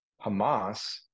Hamas